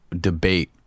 debate